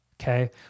Okay